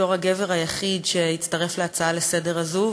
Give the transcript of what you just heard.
בתור הגבר היחיד שהצטרף להצעה הזאת לסדר-היום,